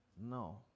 No